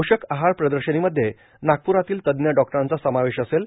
पोषक आहार प्रदर्शनीमध्ये नागप्ररातील तज्ज्ञ डॉक्टरांचा समावेश असेल